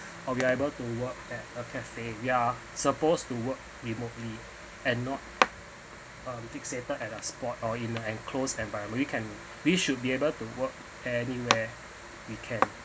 or we are able to work at a cafe we are supposed to work remotely and not um fixated at a spot or in a enclosed environment we can we should be able to work anywhere we can